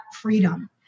freedom